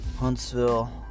Huntsville